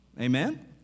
Amen